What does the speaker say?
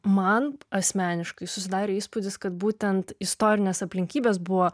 man asmeniškai susidarė įspūdis kad būtent istorinės aplinkybės buvo